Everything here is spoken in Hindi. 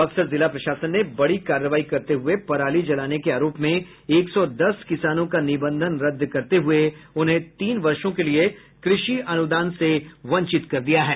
बक्सर जिला प्रशासन ने बड़ी कार्रवाई करते हुये पराली जलाने के आरोप में एक सौ दस किसानों का निबंधन रद्द करते हुये उन्हें तीन वर्षो के लिये कृषि अनुदान से बंचित कर दिया है